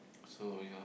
so yeah